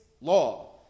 law